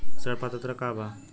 ऋण पात्रता का बा?